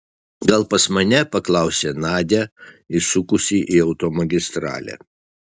gal pas mane paklausė nadia įsukusi į automagistralę